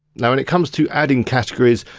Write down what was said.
now when it comes to adding categories,